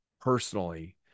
personally